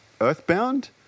Earthbound